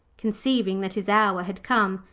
conceiving that his hour had come,